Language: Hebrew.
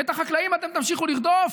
ואת החקלאים אתם תמשיכו לרדוף?